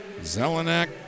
Zelenak